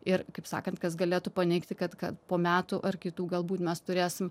ir kaip sakant kas galėtų paneigti kad kad po metų ar kitų galbūt mes turėsim